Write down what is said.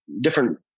different